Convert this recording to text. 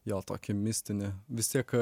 jo tokia mistinė vis tiek